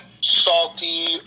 salty